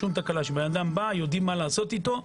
שאדם בא, יודעים מה לעשות איתו.